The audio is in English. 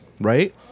right